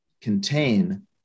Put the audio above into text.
contain